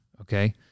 okay